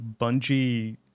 Bungie